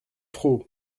trop